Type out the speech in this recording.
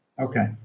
Okay